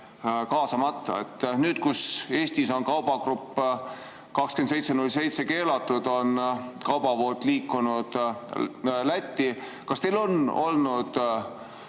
kaasamata. Nüüd, kui Eestis on kaubagrupp 2707 keelatud, on kaubavood liikunud Lätti. Kas teil on olnud